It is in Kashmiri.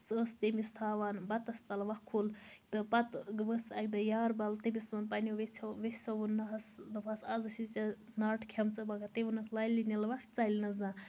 سۄ ٲس تٔمِس تھاوان بَتَس تَل وۄکھُل تہٕ پَتہٕ ؤژھ اَکہِ دۄہ یاربَل تٔمِس ووٚن پَنٕنیو ویٚژھیٚو ویٚسو ووٚنہَس دوٚپہَس آز ٲسۍ أسۍ ناٹہٕ کھیٚمژٕ مَگر تٔمۍ ووٚننَکھ لالہِ مِلوَٹھ ژَلنہٕ زانٛہہ